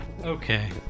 Okay